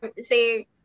say